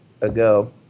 ago